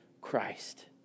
Christ